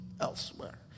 elsewhere